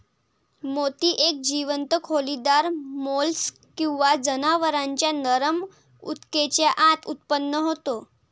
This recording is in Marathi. मोती एक जीवंत खोलीदार मोल्स्क किंवा जनावरांच्या नरम ऊतकेच्या आत उत्पन्न होतो